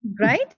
right